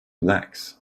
blacks